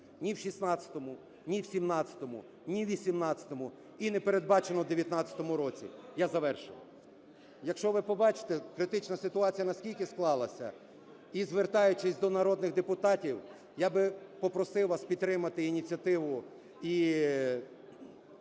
ні в 16-му, ні в 17-му, ні у 18-му і не передбачено у 19-му році. Я завершую. Якщо ви побачите, критична ситуація настільки склалася… І, звертаючись до народних депутатів, я би попросив вас підтримати ініціативу і